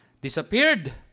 disappeared